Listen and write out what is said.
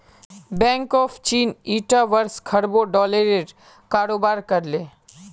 bank of China ईटा वर्ष खरबों डॉलरेर कारोबार कर ले